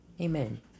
Amen